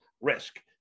risk